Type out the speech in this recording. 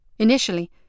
Initially